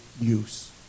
use